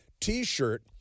T-shirt